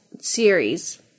series